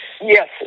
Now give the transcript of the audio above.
Yes